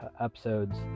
episodes